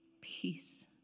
peace